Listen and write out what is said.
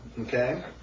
okay